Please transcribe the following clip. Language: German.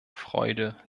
freude